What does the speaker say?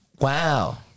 Wow